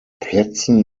plätzen